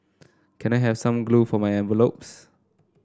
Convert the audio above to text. can I have some glue for my envelopes